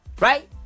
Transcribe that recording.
right